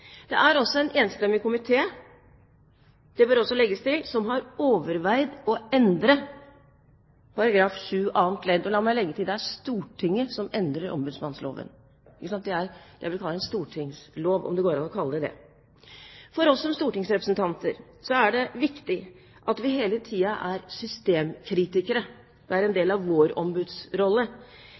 Det er også en enstemmig komité – det bør legges til – som har overveid å endre § 7 annet ledd. La meg legge til: Det er Stortinget som endrer ombudsmannsloven – jeg vil kalle det en stortingslov, om det går an å kalle den det. For oss som stortingsrepresentanter er det viktig at vi hele tiden er systemkritikere. Det er en del av vår